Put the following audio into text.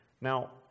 Now